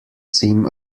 seem